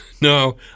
no